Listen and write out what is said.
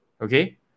okay